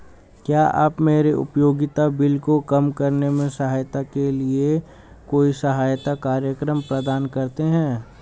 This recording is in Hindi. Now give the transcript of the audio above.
क्या आप मेरे उपयोगिता बिल को कम करने में सहायता के लिए कोई सहायता कार्यक्रम प्रदान करते हैं?